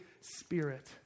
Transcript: Spirit